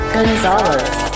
Gonzalez